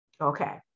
Okay